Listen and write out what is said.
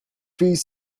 piece